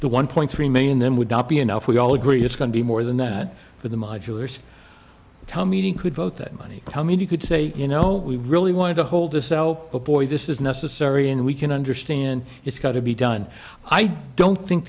the one point three million then would not be enough we all agree it's going to be more than that for the modulars tom meeting could vote that money how mean you could say you know we really wanted to hold a cell but boy this is necessary and we can understand it's got to be done i don't think